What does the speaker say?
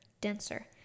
denser